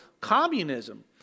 communism